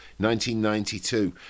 1992